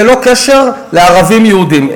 ללא קשר לערבים יהודים.